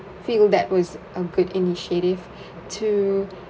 feel that was a good initiative to